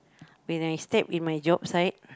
when I step in my job side